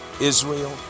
Israel